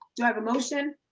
do i have a motion?